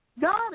God